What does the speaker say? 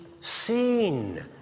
seen